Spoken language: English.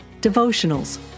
devotionals